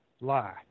lie